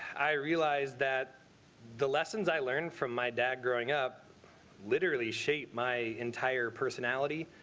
i realized that the lessons i learned from my dad growing up literally shaped my entire personality